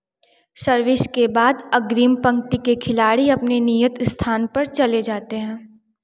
service के बाद अग्रिम पंक्ति के खिलाड़ी अपने नियत स्थान पर चले जाते हैं